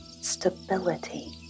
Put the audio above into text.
stability